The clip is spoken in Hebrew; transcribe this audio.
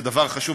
זה דבר חשוב,